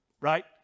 Right